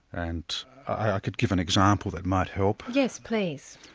and i could give an example that might help. yes, please.